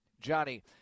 Johnny